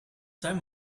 time